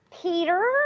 Peter